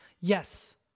Yes